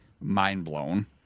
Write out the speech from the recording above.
mind-blown